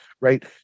right